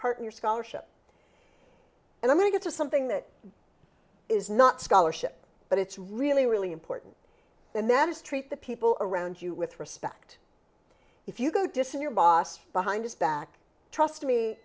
your scholarship and i want to get to something that is not scholarship but it's really really important and that is treat the people around you with respect if you go dissing your boss behind his back trust me